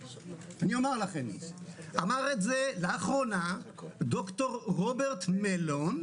אמר את זה לאחרונה ד"ר רוברט מלון,